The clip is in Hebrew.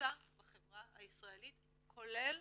קבוצה בחברה הישראלית, כולל